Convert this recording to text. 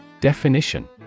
Definition